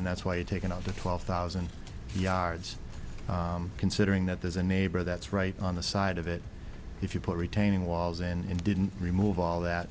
and that's why you take another twelve thousand yards considering that there's a neighbor that's right on the side of it if you put retaining walls in didn't remove all that